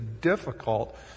difficult